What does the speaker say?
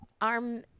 arm